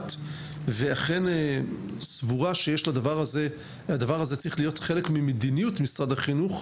ואכן סבורה שהדבר הזה צריך להיות חלק ממדיניות משרד החינוך.